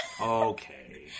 Okay